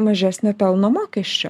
mažesnio pelno mokesčio